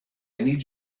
need